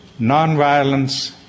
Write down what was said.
Nonviolence